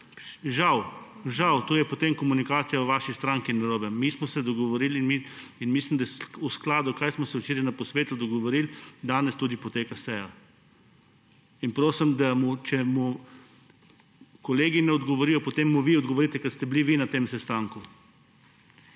Žal. Potem je komunikacija v vaši stranki narobna. Mi smo se dogovorili in mislim, da v skladu s tem, kar smo se včeraj na posvetu dogovorili, danes tudi poteka seja. In prosim, če mu že kolegi ne odgovorijo, potem mu vi odgovorite, ker ste bili vi na tem sestanku.